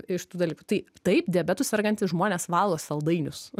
iš tų dalykų tai taip diabetu sergantys žmonės valgo saldainius